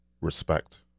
respect